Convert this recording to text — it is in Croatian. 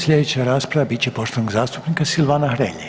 Slijedeća rasprava bit će poštovanog zastupnika Silvana Hrelje.